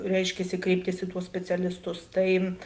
reiškiasi kreiptis į tuos specialistus tai